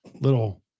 little